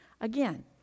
Again